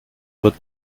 wird